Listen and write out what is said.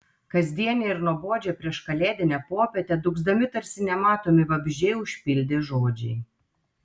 kasdienę ir nuobodžią prieškalėdinę popietę dūgzdami tarsi nematomi vabzdžiai užpildė žodžiai